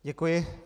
Děkuji.